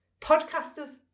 Podcasters